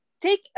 take